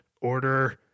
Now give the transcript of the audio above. order